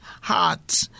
heart